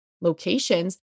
locations